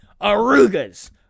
Arugas